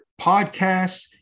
podcasts